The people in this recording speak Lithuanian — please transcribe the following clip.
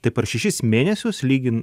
tai per šešis mėnesius lygin